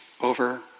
over